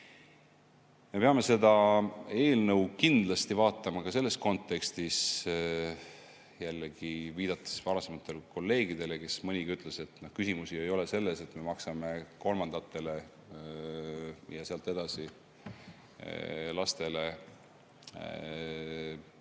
Me peame seda eelnõu kindlasti vaatama ka selles kontekstis. Jällegi, viitan varem kõnelenud kolleegidele, kellest nii mõnigi ütles, et küsimus ei ole selles, et me maksame kolmandatele ja edasistele